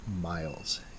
miles